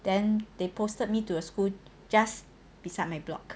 then they posted me to a school just beside my block